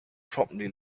promptly